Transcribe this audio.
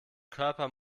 körper